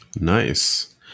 nice